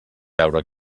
veure